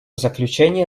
заключение